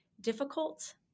difficult